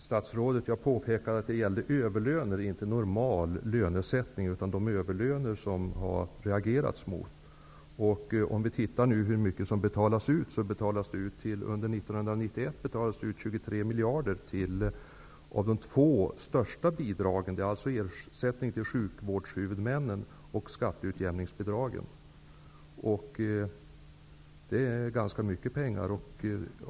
Herr talman! Jag påpekade att det gällde överlöner, inte normal lönesättning, att det var överlöner som det har reagerats emot. Under 1991 betalades ut 23 miljarder kronor som ersättning till sjukvårdshuvudmännen och som skatteutjämningsbidrag. Det är de två största bidragen. Det är ganska mycket pengar.